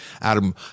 Adam